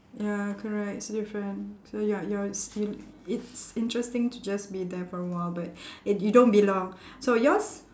ya correct it's different so ya you're still it's interesting to just be there for a while but it you don't belong so yours